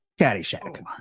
caddyshack